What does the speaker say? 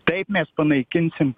taip mes panaikinsim